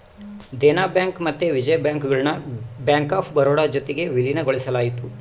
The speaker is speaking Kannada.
ದೇನ ಬ್ಯಾಂಕ್ ಮತ್ತೆ ವಿಜಯ ಬ್ಯಾಂಕ್ ಗುಳ್ನ ಬ್ಯಾಂಕ್ ಆಫ್ ಬರೋಡ ಜೊತಿಗೆ ವಿಲೀನಗೊಳಿಸಲಾಯಿತು